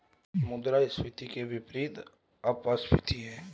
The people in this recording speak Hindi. मुद्रास्फीति के विपरीत अपस्फीति है